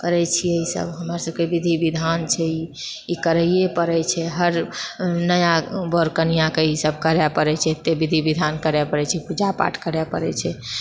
करैत छिऐ ई सभ हमर सभके विधि विधान छै ई ई करैए पड़ैत छै हर नव बर कनियाँके ई सभ करए पड़ैत छै एते विधि विधान करए पड़ैत छै पूजा पाठ करै पड़ैत छै